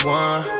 one